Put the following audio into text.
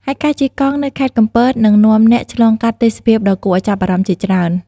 ហើយការជិះកង់នៅខេត្តកំពតនឹងនាំអ្នកឆ្លងកាត់ទេសភាពដ៏គួរឱ្យចាប់អារម្មណ៍ជាច្រើន។